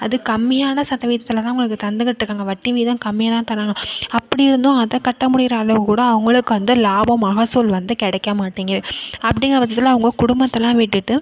அது கம்மியான சதவீதத்தில் தான் அவங்களுக்கு தந்துக்கிட்டிருக்காங்க வட்டி விகிதம் கம்மியாக தான் தர்றாங்க அப்படி இருந்தும் அதை கட்ட முடிகிற அளவு கூட அவங்களுக்கு வந்து லாப மகசூல் வந்து கிடைக்க மாட்டேங்குது அப்படிங்க பட்சத்தில் அவங்க குடும்பத்தெல்லாம் விட்டுவிட்டு